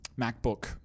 MacBook